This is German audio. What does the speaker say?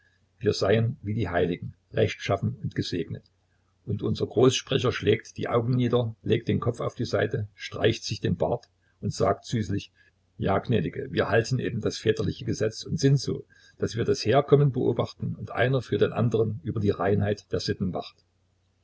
wir seien wie die heiligen rechtschaffen und gesegnet und unser großsprecher schlägt die augen nieder legt den kopf auf die seite streicht sich den bart und sagt süßlich ja gnädige wir halten eben das väterliche gesetz und sind so daß wir das herkommen beobachten und einer für den anderen über die reinheit der sitten wacht